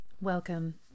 Welcome